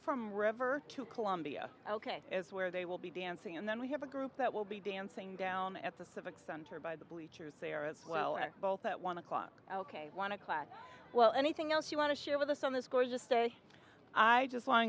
from river to columbia ok it's where they will be dancing and then we have a group that will be dancing down at the civic center by the bleachers there as well as both at one o'clock ok want to class well anything else you want to share with us on this gorgeous day i just